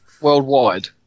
Worldwide